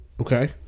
okay